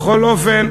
בכל אופן,